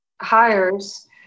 hires